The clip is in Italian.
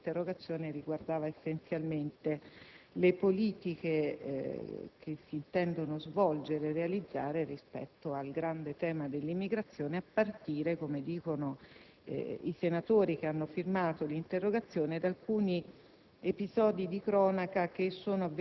spiegare il senso, il tenore dell'interpellanza, che riguardava essenzialmente le politiche che si intendono seguire e realizzare rispetto al grande tema dell'immigrazione, a partire, come dicono i senatori che hanno firmato l'interpellanza, da alcuni